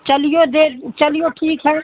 चलिए दे चलिए ठीक है